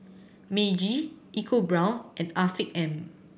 Meiji EcoBrown's and Afiq M